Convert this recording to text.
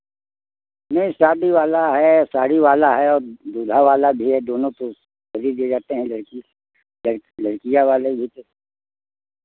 नहीं शादी वाला है साड़ी वाला है और दूल्हा वाला भी है दोनों खुद ही दे जाते हैं लड़की लड़कियाँ वाले भी तो